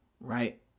Right